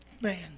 man